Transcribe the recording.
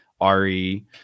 Ari